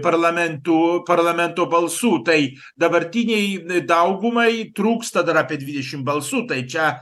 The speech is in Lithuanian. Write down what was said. parlamentarų parlamento balsų tai dabartinei daugumai trūksta dar apie dvidešimt balsų tai čia